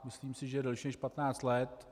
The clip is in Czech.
Myslím si, že delší než 15 let.